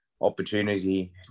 opportunity